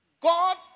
God